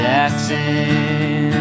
Jackson